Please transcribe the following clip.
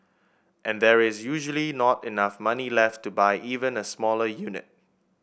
and there is usually not enough money left to buy even a smaller unit